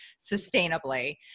sustainably